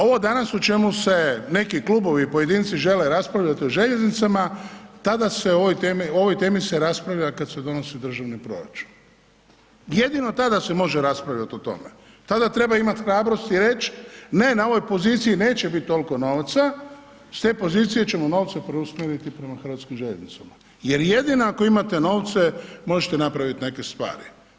Ovo danas o čemu se neki klubovi i pojedinci žele raspravljati o željeznicama, tada se o ovoj temi, o ovoj temi se raspravlja kada se donosi državni proračun, jedino tada se može raspravljati o tome, tada treba imati hrabrosti reć, ne na ovoj poziciji neće biti toliko novca, s te pozicije ćemo novce preusmjeriti prema HŽ-u jer jedino ako imate novce možete napraviti neke stvari.